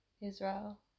Israel